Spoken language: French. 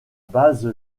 base